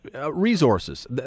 resources